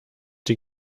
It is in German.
die